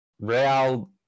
Real